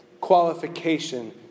qualification